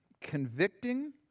convicting